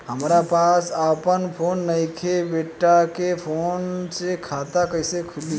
हमरा पास आपन फोन नईखे बेटा के फोन नंबर से खाता कइसे खुली?